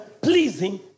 pleasing